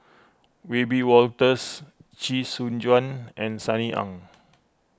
Wiebe Wolters Chee Soon Juan and Sunny Ang